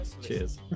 cheers